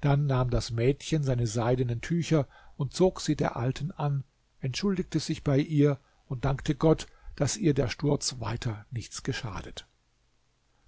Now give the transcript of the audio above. dann nahm das mädchen seine seidenen tücher und zog sie der alten an entschuldigte sich bei ihr und dankte gott daß ihr der sturz weiter nichts geschadet